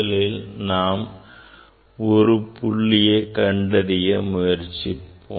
முதலில் நாம் ஒரு புள்ளியை கண்டறிய முயற்சிப்போம்